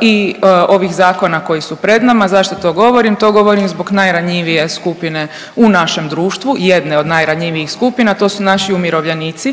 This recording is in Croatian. i ovih zakona koji su pred nama. Zašto to govorim? To govorim zbog najranjivije skupine u našem društvu, jedne od najranjivijih skupina to su naši umirovljenici